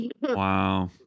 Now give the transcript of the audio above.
Wow